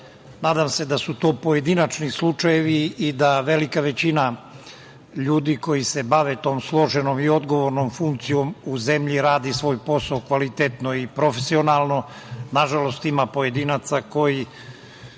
se da su to pojedinačni slučajevi i da velika većina ljudi koji se bave tom složenom i odgovornom funkcijom u zemlji radi svoj posao kvalitetno i profesionalno. Nažalost, ima pojedinaca koji